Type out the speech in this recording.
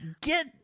Get